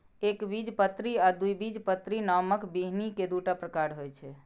एकबीजपत्री आ द्विबीजपत्री नामक बीहनि के दूटा प्रकार होइ छै